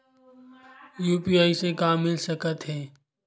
UPI से का मिल सकत हे?